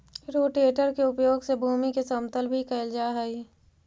rotator के उपयोग से भूमि के समतल भी कैल जा हई